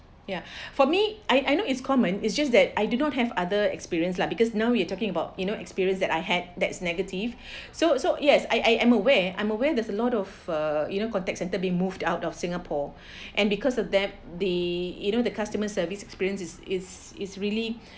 ya for me I I know it's common is just that I do not have other experience lah because now we're talking about you know experience that I had that's negative so so yes I I'm aware I'm aware there's a lot of uh you know contact centre being moved out of singapore and because of that the you know the customer service experience is is is really